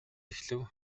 эхлэв